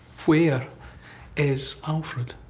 where is alfred?